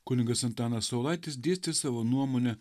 kunigas antanas saulaitis dėstė savo nuomonę